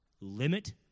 limit